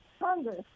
hunger